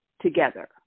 together